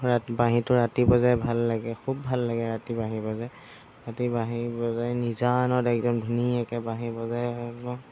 ৰাত বাঁহীটো ৰাতি বজাই ভাল লাগে খুব ভাল লাগে ৰাতি বাঁহী বজাই ৰাতি বাঁহী বজাই নিজানত একদম ধুনীয়াকৈ বাঁহী বজাই